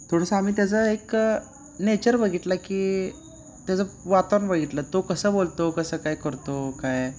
थोडंसं आम्ही त्याचा एक नेचर बघितलं की त्याचं वातावरण बघितलं तो कसं बोलतो कसं काय करतो काय